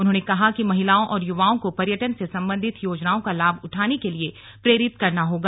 उन्होंने कहा कि महिलाओं और युवाओं को पर्यटन से सम्बन्धित योजनाओं का लाभ उठाने के लिए प्रेरित करना होगा